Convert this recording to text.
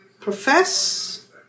profess